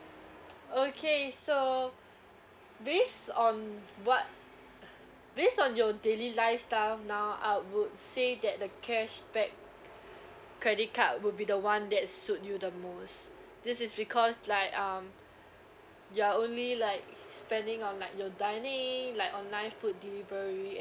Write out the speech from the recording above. okay so based on what based on your daily lifestyle now I would say that the cashback credit card will be the one that suit you the most this is because like um you're only like spending on like your dining like online food delivery and